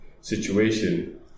situation